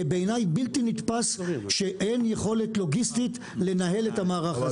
זה בעיניי בלתי נתפס שאין יכולת לוגיסטית לנהל את המערך הזה.